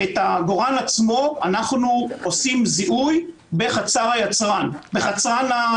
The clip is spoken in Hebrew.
ולעגורן עצמו אנחנו עושים זיהוי בחצר היבואן.